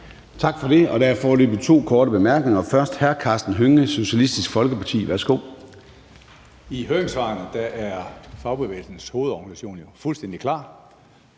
Tak for det, og der er foreløbig to korte bemærkninger. Først er det hr. Karsten Hønge, Socialistisk Folkeparti. Værsgo. Kl. 13:03 Karsten Hønge (SF): I høringssvarene er Fagbevægelsens Hovedorganisation jo fuldstændig klar: